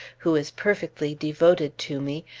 who is perfectly devoted to me,